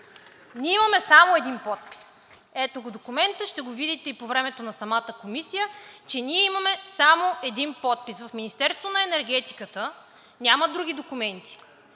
Ние имаме само един подпис. (Показва документ.) Ето го документа, ще го видите и по време на самата комисия, че ние имаме само един подпис. В Министерството на енергетиката няма други документи…